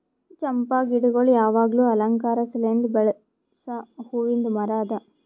ಚಂಪಾ ಗಿಡಗೊಳ್ ಯಾವಾಗ್ಲೂ ಅಲಂಕಾರ ಸಲೆಂದ್ ಬೆಳಸ್ ಹೂವಿಂದ್ ಮರ ಅದಾ